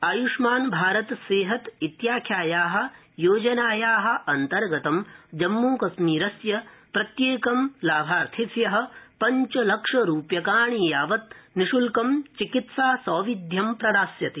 आय्ष्मान भारत सेहत इत्याख्याया योजनाया अंतर्गतं जम्मूकश्मीरस्य प्रत्येकं लाभार्थिभ्य पञ्चलक्षरूप्यकाणि यावत् निशृत्कं चिकित्सा सौविध्यं प्रदास्यते